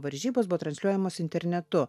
varžybos buvo transliuojamos internetu